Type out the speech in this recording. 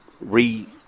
re